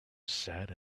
sad